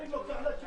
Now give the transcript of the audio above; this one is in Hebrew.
לא.